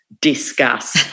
discuss